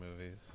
movies